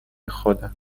خودم